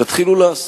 תתחילו לעשות.